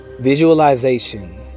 Visualization